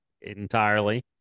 entirely